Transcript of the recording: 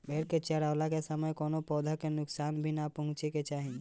भेड़ चरावला के समय कवनो पौधा के नुकसान भी ना पहुँचावे के चाही